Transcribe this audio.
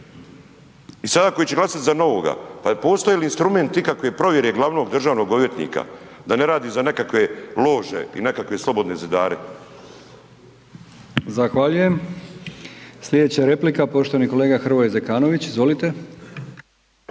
i sada koji će glasat za novoga, pa postoji li instrument ikakve provjere glavnog državnog odvjetnika da ne radi za nekakve lože i nekakve slobodne zidare? **Brkić, Milijan (HDZ)** Zahvaljujem. Slijedeća replika poštovani kolega Hrvoje Zekanović, izvolite.